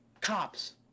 cops